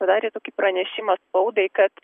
padarė tokį pranešimą spaudai kad